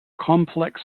complex